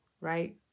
right